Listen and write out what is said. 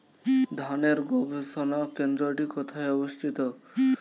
ধানের গবষণা কেন্দ্রটি কোথায় অবস্থিত?